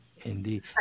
Indeed